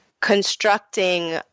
constructing